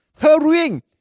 hurrying